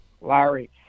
Larry